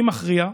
אני מכריע,